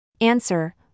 Answer